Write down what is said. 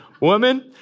woman